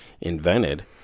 invented